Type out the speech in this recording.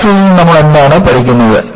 ഈ ഗ്രാഫിൽ നിന്ന് നമ്മൾ എന്താണ് പഠിക്കുന്നത്